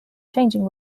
changing